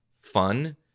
fun